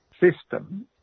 system